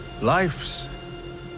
Life's